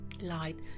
light